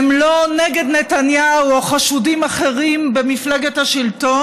הן לא נגד נתניהו או חשודים אחרים במפלגת השלטון,